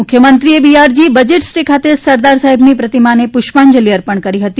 મુખ્યમંત્રીઓ બીઆજી બજેટ સ્ટે ખાતે સરદાર સાહેબની પ્રતિમાને પુષ્પાંજલી અર્પણ કરી હતી